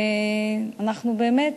ואנחנו באמת,